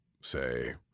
say